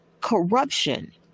corruption